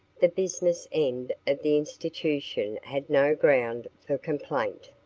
the business end of the institution had no ground for complaint.